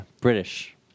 British